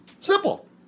Simple